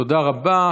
תודה רבה.